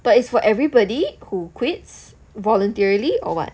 but it's for everybody who quits voluntarily or what